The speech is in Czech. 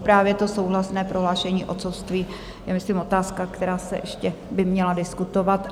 Právě to souhlasné prohlášení otcovství je myslím otázka, která by se ještě měla diskutovat.